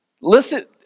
Listen